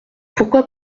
pourquoi